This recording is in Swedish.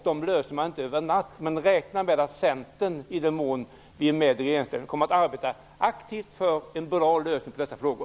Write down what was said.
Dem löser man inte över en natt, men räkna med att Centern i den mån vi är med kommer att aktivt arbeta för en bra lösning i dessa frågor.